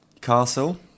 Castle